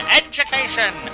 education